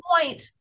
point